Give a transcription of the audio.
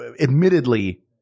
admittedly